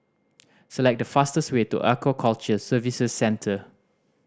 select the fastest way to Aquaculture Services Centre